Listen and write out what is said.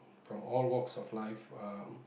from all walks of life uh